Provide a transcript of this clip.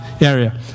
area